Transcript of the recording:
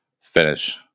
finish